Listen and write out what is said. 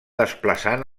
desplaçant